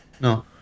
No